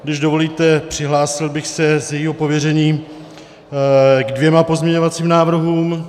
Když dovolíte, přihlásil bych se z jejího pověření ke dvěma pozměňovacím návrhům.